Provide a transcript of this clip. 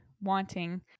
wanting